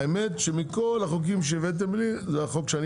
האמת שמכל החוקים שהבאתם לי זה החוק שאני